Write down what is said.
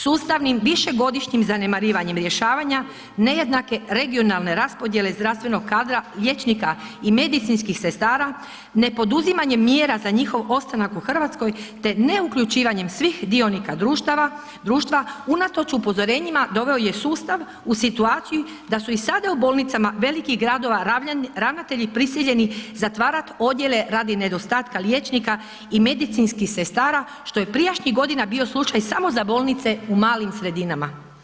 Sustavnim višegodišnjim zanemarivanjem rješavanja, nejednake regionalne raspodjele zdravstvenog kadra liječnika i medicinskih sestara, ne poduzimanjem mjera za njihov ostanak u Hrvatskoj te ne uključivanjem svih dionika društva unatoč upozorenjima doveo je sustav u situaciju da su i sada u bolnicama velikih gradova ravnatelji prisiljeni zatvarati odjele radi nedostatka liječnika i medicinskih sestara što je prijašnjih godina bio slučaj samo za bolnice u malim sredinama.